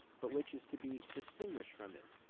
but which is to be distinguished from it.